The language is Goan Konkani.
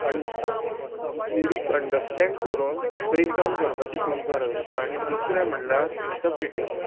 अण लिरिक्स अंडरस्टँड करून तें ब्रेक डावन करपाची खूब गरज आसता आनी दुसरें म्हणल्यार इंटप्रिटेशन